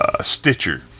Stitcher